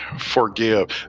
forgive